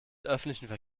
öffentlichen